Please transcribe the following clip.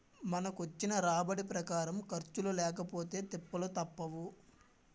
మనకొచ్చిన రాబడి ప్రకారం ఖర్చులు లేకపొతే తిప్పలు తప్పవు